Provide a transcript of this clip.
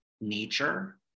nature